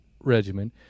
regimen